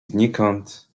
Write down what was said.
znikąd